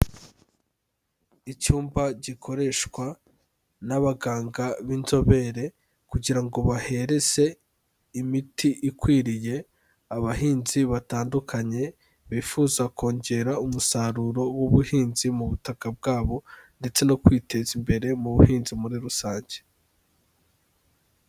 Icyumba gikoreshwa n'abaganga b'inzobere kugira ngo bahereze imiti ikwiriye abahinzi batandukanye bifuza kongera umusaruro w'ubuhinzi mu butaka bwabo ndetse no kwiteza imbere mu buhinzi muri rusange.